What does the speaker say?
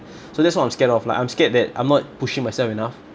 so that's what I'm scared of like I'm scared that I'm not pushing myself enough